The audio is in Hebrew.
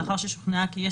לאחר ששוכנעה כי יש